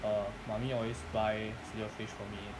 err mummy always buy filet-O-fish for me